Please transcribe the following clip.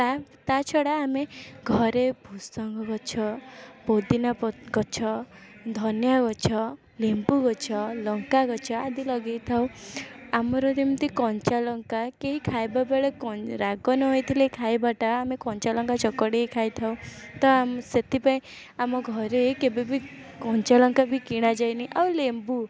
ତା' ତା' ଛଡ଼ା ଆମେ ଘରେ ଭୁଷଙ୍ଗଗଛ ପୁଦିନା ପତ୍ର ଗଛ ଧନିଆଗଛ ଲେମ୍ବୁଗଛ ଲଙ୍କାଗଛ ଆଦି ଲଗେଇଥାଉ ଆମର ଯେମିତି କଞ୍ଚାଲଙ୍କା କେହି ଖାଇବାବେଳେ କ ରାଗ ନ ହେଇଥିଲେ ଖାଇବାଟା ଆମେ କଞ୍ଚାଲଙ୍କା ଚକଡ଼ିକି ଖାଇଥାଉ ତ ଆମ ସେଥିପାଇଁ ଆମ ଘରେ କେବେବି କଞ୍ଚାଲଙ୍କା ବି କିଣା ଯାଇନି ଆଉ ଲେମ୍ବୁ